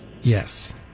yes